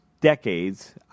decades